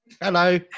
hello